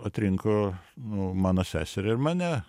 atrinko nu mano seserį ir mane